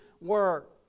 work